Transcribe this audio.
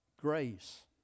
grace